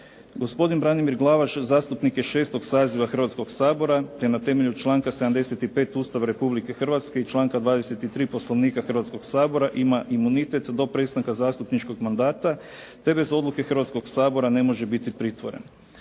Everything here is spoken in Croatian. Gospodin Branimir Glavaš zastupnik je 6. Saziva Hrvatskoga sabora te na temelju članka 75. Ustava Republike Hrvatske i članka 23. Poslovnika Hrvatskoga sabora ima imunitet do prestanka zastupničkog mandata te bez odluke Hrvatskoga sabora ne može biti pritvoren.